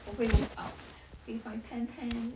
我会 move out s~ with my pen pen